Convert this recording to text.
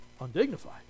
undignified